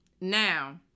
Now